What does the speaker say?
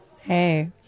Hey